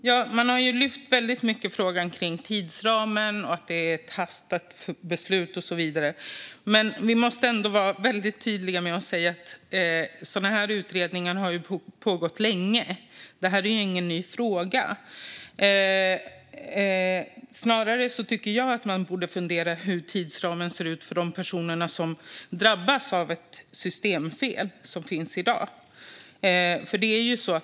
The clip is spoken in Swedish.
Fru talman! Man har lyft fram frågan om tidsramen väldigt mycket, att det är ett framhastat beslut och så vidare. Vi måste ändå vara väldigt tydliga med att säga att sådana utredningar har pågått länge. Det här är ingen ny fråga. Man borde snarare fundera på hur tidsramen ser ut för de personer som drabbas av ett systemfel som finns i dag.